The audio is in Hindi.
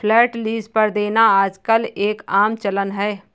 फ्लैट लीज पर देना आजकल एक आम चलन है